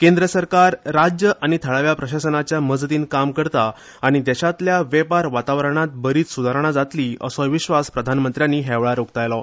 केंद्र सरकार राज्य आनी थळाव्या प्रशासनाच्या मजतीन काम करता आनी देशातल्या वेपार वातावरणात बरीच सुदारणा जातली असोय विश्वास प्रधानमंत्र्यांनी हेवेळार उक्तायलो